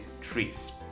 trees